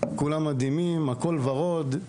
כולם מדהימים והכל היה וורוד.